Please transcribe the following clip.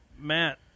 Matt